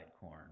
corn